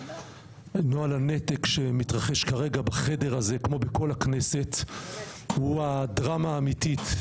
נוהל הנתק שמתרחש כרגע בחדר הזה כמו בכל הכנסת הוא הדרמה האמיתית.